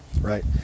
right